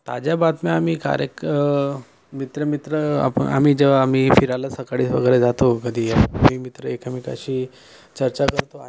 ताज्या बातम्या आम्ही कार्यक मित्र मित्र आप आम्ही जेव्हा आम्ही फिरायला सकाळी वगैरे जातो कधी मित्र एकामेकाशी चर्चा करतो आणि